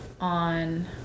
on